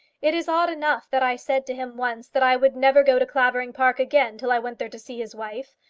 it is odd enough that i said to him once that i would never go to clavering park again till i went there to see his wife.